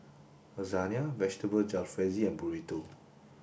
Lasagna Vegetable Jalfrezi and Burrito